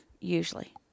usually